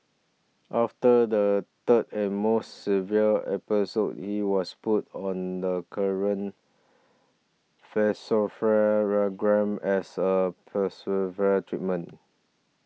after the third and most severe episode he was put on the current as a treatment